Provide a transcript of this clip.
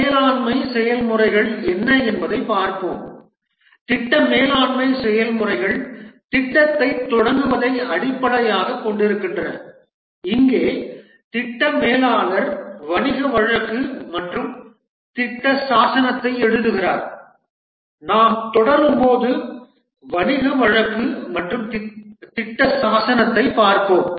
திட்ட மேலாண்மை செயல்முறைகள் என்ன என்பதைப் பார்ப்போம் திட்ட மேலாண்மை செயல்முறைகள் திட்டத்தைத் தொடங்குவதைக் அடிப்படையாக கொண்டிருக்கின்றன இங்கே திட்ட மேலாளர் வணிக வழக்கு மற்றும் திட்ட சாசனத்தை எழுதுகிறார் நாம் தொடரும்போது வணிக வழக்கு மற்றும் திட்ட சாசனத்தைப் பார்ப்போம்